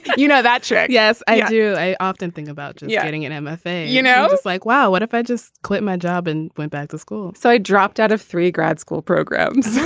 you know that shit yes i do. i often think about and yeah getting and an mfa. you know it's like wow what if i just quit my job and went back to school so i dropped out of three grad school programs